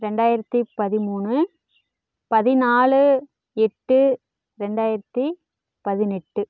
ரெண்டாயிரத்தி பதிமூணு பதினாலு எட்டு ரெண்டாயிரத்தி பதினெட்டு